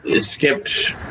skipped